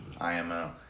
IMO